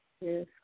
Yes